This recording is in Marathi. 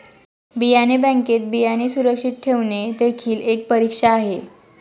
बियाणे बँकेत बियाणे सुरक्षित ठेवणे देखील एक परीक्षा आहे